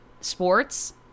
sports